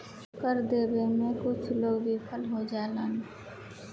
कर देबे में कुछ लोग विफल हो जालन